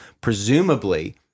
Presumably